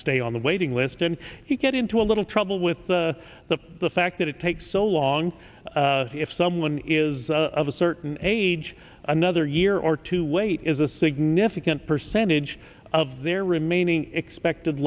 stay on the waiting list and you get into a little trouble with the the the fact that it takes so long if someone is of a certain age another year or two wait is a significant percentage of their remaining expected